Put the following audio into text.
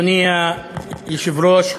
אדוני היושב-ראש,